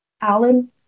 Alan